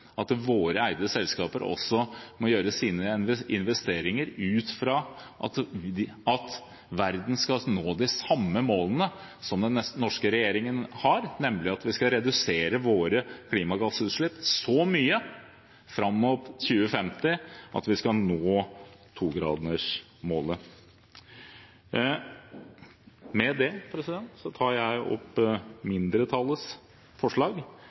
at våre eide selskap må gjøre sine investeringer ut fra at verden skal nå de samme målene som den norske regjeringen har, nemlig at vi skal redusere våre klimagassutslipp så mye fram mot 2050 at vi når togradersmålet. Med det tar jeg opp